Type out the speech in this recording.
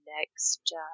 next